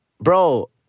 bro